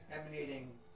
emanating